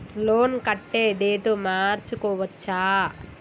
Loan కట్టే date మార్చుకోవచ్చా?